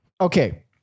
okay